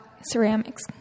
ceramics